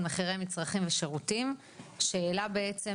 מחירים לצרכים ושירותים." השאלה בעצם,